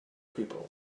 people